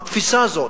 התפיסה הזאת,